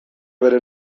bere